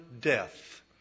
death